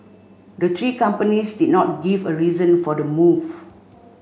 the three companies did not give a reason for the move